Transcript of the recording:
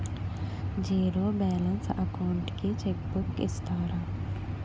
Zero balance account కి cheque book ఇస్తారా?